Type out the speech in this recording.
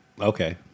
okay